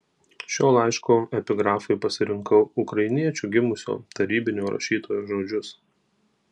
šio laiško epigrafui pasirinkau ukrainiečiu gimusio tarybinio rašytojo žodžius